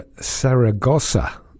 Saragossa